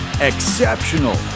Exceptional